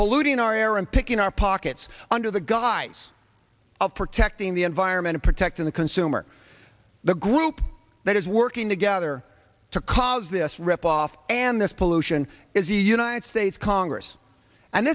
polluting our air and picking our pockets under the guise of protecting the environment or protecting the consumer the group that is working together to cause this rip off and this pollution is the united states congress and